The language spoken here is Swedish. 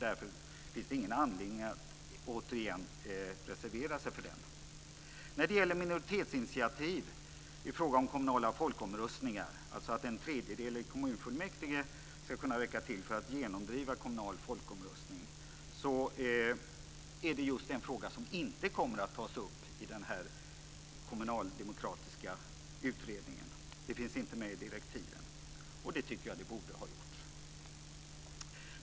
Därför finns det ingen anledning att återigen reservera sig. När det gäller minoritetsinitiativ i fråga om kommunala folkomröstningar, dvs. att det ska räcka att en tredjedel av kommunfullmäktige är för en kommunal folkomröstning för att den ska kunna genomdrivas, kan jag säga att den frågan inte kommer att tas upp i den kommunaldemokratiska utredningen. Den finns inte med i direktiven. Jag tycker att den borde ha funnits med.